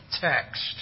text